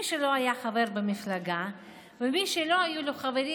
מי שלא היה חבר במפלגה ומי שלא היו לו חברים